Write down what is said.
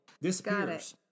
Disappears